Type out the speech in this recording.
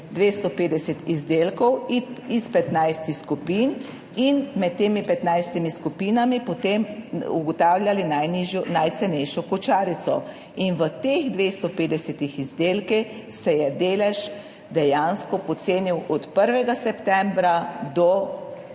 250 izdelkov iz 15 skupin in med temi 15 skupinami potem ugotavljali najcenejšo košarico. In v teh 250 izdelkih se je delež dejansko pocenil od 1. septembra do